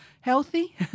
healthy